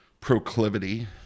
proclivity